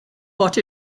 what